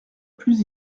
plus